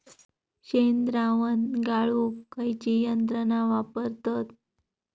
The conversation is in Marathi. शेणद्रावण गाळूक खयची यंत्रणा वापरतत?